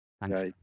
Thanks